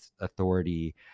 authority